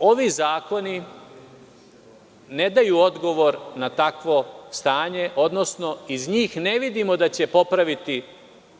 ovi zakoni ne daju odgovor na takvo stanje, odnosno iz njih ne vidimo da će popraviti